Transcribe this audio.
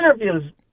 interviews